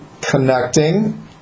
connecting